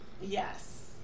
Yes